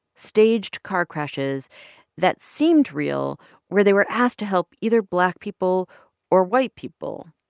staged car crashes that seemed real where they were asked to help either black people or white people.